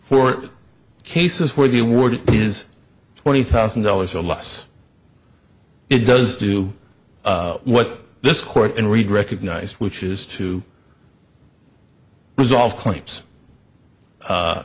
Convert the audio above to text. for cases where the wording is twenty thousand dollars or less it does do what this court and read recognize which is to resolve claims